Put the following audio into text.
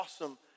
awesome